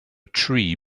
tree